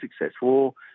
successful